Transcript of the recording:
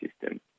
system